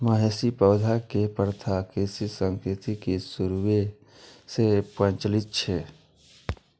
मवेशी पोसै के प्रथा कृषि संस्कृति के शुरूए सं प्रचलित छै